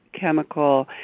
chemical